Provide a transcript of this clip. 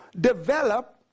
develop